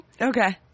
Okay